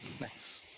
Nice